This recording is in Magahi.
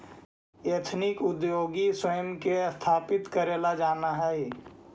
एथनिक उद्योगी स्वयं के स्थापित करेला जानऽ हई